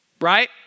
Right